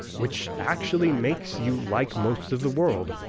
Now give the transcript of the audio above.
which actually makes you like most of the world,